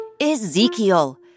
Ezekiel